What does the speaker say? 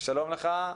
שלום לך.